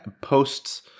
posts